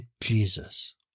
Jesus